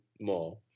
more